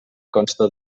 consta